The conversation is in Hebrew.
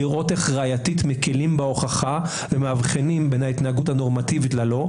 לראות איך ראייתית מקלים בהוכחה ומאבחנים בין ההתנהגות הנורמטיבית ללא,